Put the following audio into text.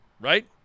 right